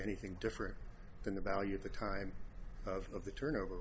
anything different than the value of the time of the turnover